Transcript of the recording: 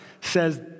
says